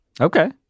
Okay